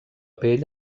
pell